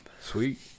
Sweet